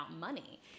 money